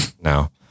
now